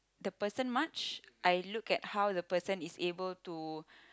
the person much I look at how the person is able to